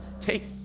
Take